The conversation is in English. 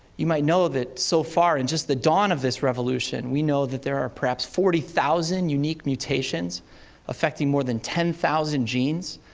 you might know that, so far, in just the dawn of this revolution, we know that there are perhaps forty thousand unique mutations affecting more than ten thousand genes,